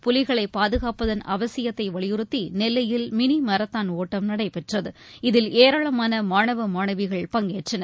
புலிகளைபாதுகாப்பதன் அவசியத்தைவலியுறுத்திநெல்லையில் மினிமாரத்தான் ஓட்டம் நடைபெற்றது இதில் ஏராளமானமாணவ மாணவிகள் பங்கேற்றனர்